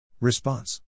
response